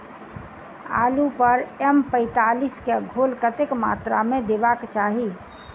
आलु पर एम पैंतालीस केँ घोल कतेक मात्रा मे देबाक चाहि?